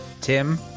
Tim